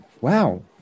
wow